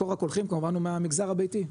מקור הקולחים כמובן הוא מהמגזר הביתי,